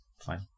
fine